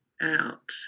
out